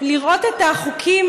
לראות את החוקים,